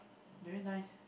very nice